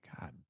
God